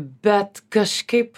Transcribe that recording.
bet kažkaip